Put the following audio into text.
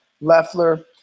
Leffler